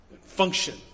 Function